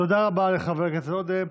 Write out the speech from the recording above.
תודה רבה לחבר הכנסת עודה.